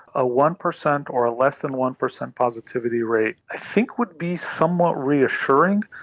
a one percent or a less than one percent positivity rate i think would be somewhat reassuring.